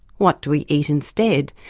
what do we eat instead?